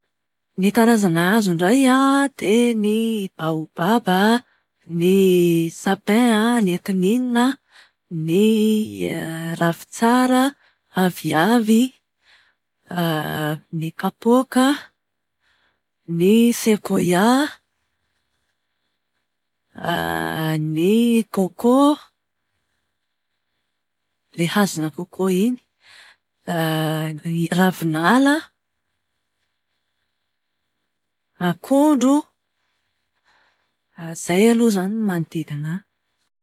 Ny karazana hazo indray an, dia ny baobaba, ny sapin, ny kininina, ny ravitsara, aviavy, ny kapoka, ny sekoia, ny koko, ilay hazona koko iny, ny ravinala, akondro. Izay aloha izany ny manodidina ahy.